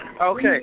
Okay